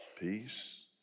peace